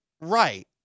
Right